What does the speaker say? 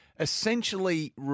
Essentially